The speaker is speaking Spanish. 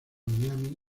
miami